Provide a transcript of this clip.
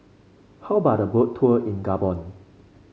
how about a Boat Tour in Gabon